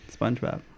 SpongeBob